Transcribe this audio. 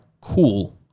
cool